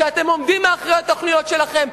שאתם עומדים מאחורי התוכניות שלכם.